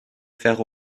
faire